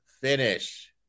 finish